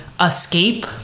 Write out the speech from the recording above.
escape